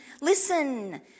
Listen